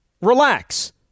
Relax